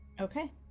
okay